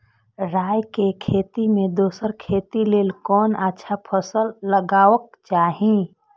राय के खेती मे दोसर खेती के लेल कोन अच्छा फसल लगवाक चाहिँ?